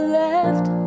left